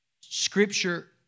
Scripture